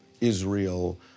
Israel